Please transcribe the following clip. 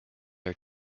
her